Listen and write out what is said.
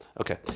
Okay